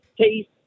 taste